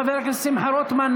חבר הכנסת שמחה רוטמן,